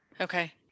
Okay